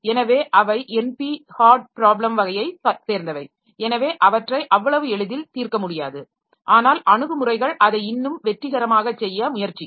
எனவே அவை NP hard problem வகையை சேர்ந்தவை எனவே அவற்றை அவ்வளவு எளிதில் தீர்க்க முடியாது ஆனால் அணுகுமுறைகள் அதை இன்னும் வெற்றிகரமாக செய்ய முயற்சிக்கும்